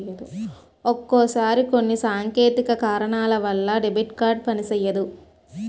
ఒక్కొక్కసారి కొన్ని సాంకేతిక కారణాల వలన డెబిట్ కార్డు పనిసెయ్యదు